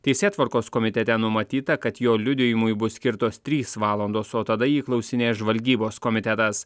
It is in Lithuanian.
teisėtvarkos komitete numatyta kad jo liudijimui bus skirtos trys valandos o tada jį klausinės žvalgybos komitetas